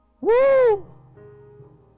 Woo